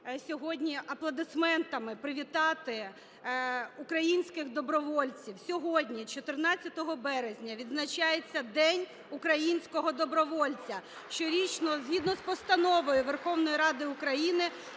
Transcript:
сьогодні аплодисментами привітати українських добровольців. Сьогодні, 14 березня, відзначається День українського добровольця, щорічно. (Оплески) Згідно з Постановою Верховної Ради України